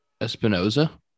Espinoza